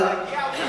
להגיע הוא יכול,